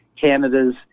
Canada's